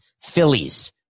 Phillies